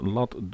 Laat